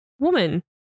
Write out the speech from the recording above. Woman